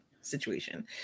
situation